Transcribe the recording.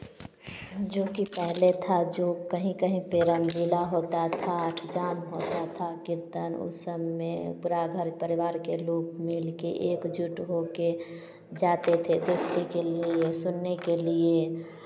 जो कि पहले था जो कहीं कहीं पर रामलीला होता था शाम होता था कीर्तन उत्सव में पूरा घर परिवार के लोग मिल के एकजुट होके जाते थे देखने के लिए या सुनने के लिए